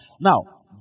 Now